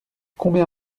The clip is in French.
combien